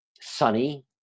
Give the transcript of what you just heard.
sunny